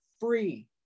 free